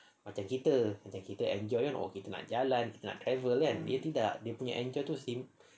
macam kita macam kita enjoy oh kita nak jalan kita nak travel kan dia punya tak dia punya enjoy tu simp~